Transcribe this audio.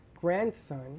grandson